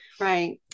Right